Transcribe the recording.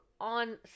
on